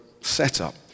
setup